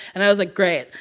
and i was like, great.